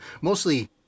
Mostly